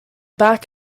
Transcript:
back